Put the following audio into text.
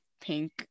pink